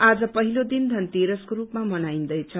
आज पहिलो दिन धनतेरसको रूपमा मनाइन्दैछ